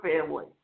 family